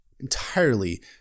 entirely